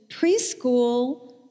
preschool